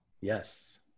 yes